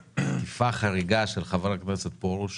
תקיפה חריגה של חבר הכנסת פרוש